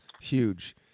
huge